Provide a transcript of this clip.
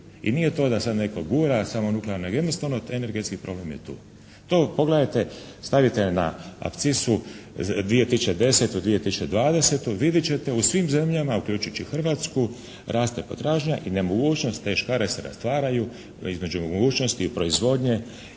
i nije to da sada netko gura samo nuklearnu nego taj energetski problem je tu. Pogledajte, stavite na apcisu 2010., 2020. i vidjeti ćete u svim zemljama uključujući i Hrvatsku raste potražnja i nemogućnost, te škare se rastvaraju između mogućnosti proizvodnje